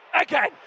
again